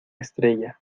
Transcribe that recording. estrella